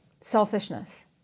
selfishness